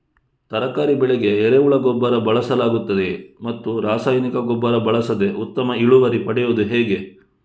ತರಕಾರಿ ಬೆಳೆಗೆ ಎರೆಹುಳ ಗೊಬ್ಬರ ಬಳಸಲಾಗುತ್ತದೆಯೇ ಮತ್ತು ರಾಸಾಯನಿಕ ಗೊಬ್ಬರ ಬಳಸದೆ ಉತ್ತಮ ಇಳುವರಿ ಪಡೆಯುವುದು ಹೇಗೆ?